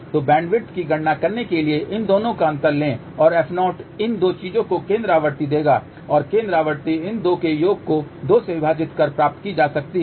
तो बैंडविड्थ की गणना करने के लिए इन दोनों का अंतर लें और f0 इन दो चीजों की केंद्र आवृत्ति होगी और केंद्र आवृत्ति इन दो के योग को 2 से विभाजित कर प्राप्त की जा सकती है